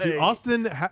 Austin